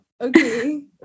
Okay